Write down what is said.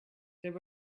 there